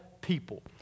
people